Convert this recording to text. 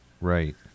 Right